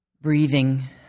breathing